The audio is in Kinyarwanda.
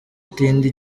utinda